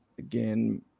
Again